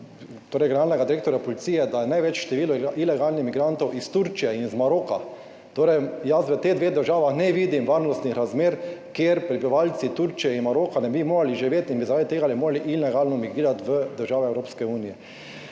strani generalnega direktorja policije, da je največje število ilegalnih migrantov iz Turčije in iz Maroka, jaz v teh dveh državah ne vidim varnostnih razmer, kjer prebivalci Turčije in Maroka ne bi mogli živeti in bi zaradi tega morali ilegalno migrirati v države Evropske unije.